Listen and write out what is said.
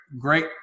great